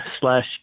slash